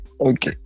Okay